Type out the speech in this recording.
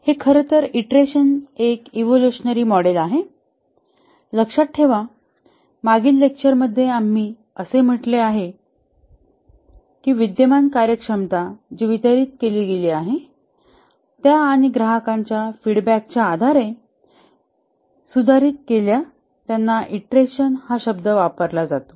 हे खरं तर ईंटरेशनसह एक इवोल्युशनरी मॉडेल आहे लक्षात ठेवा मागील लेक्चर मध्ये आम्ही असे म्हटले आहे की विद्यमान कार्यक्षमता जी वितरीत केली गेली आहे त्या आणि ग्राहकांच्या फीडबॅकाच्या आधारे सुधारित केल्या त्यांना ईंटरेशन हा शब्द वापरला जातो